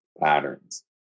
patterns